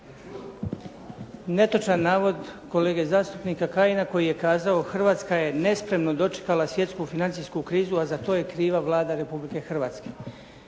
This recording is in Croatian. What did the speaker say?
netočan navod kolege zastupnika Kajina koji je kazao: «Hrvatska je nespremno dočekala svjetsku financijsku krizu, a za to je kriva Vlada Republike Hrvatske.»